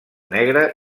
negre